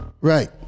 Right